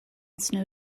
snow